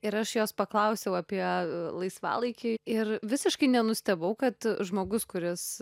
ir aš jos paklausiau apie laisvalaikį ir visiškai nenustebau kad žmogus kuris